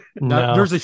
No